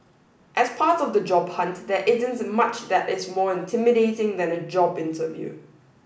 as part of the job hunt there isn't much that is more intimidating than a job interview